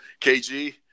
KG